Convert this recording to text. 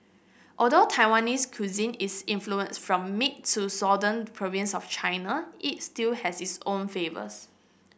although Taiwanese cuisine is influenced from mid to southern provinces of China it still has its own flavours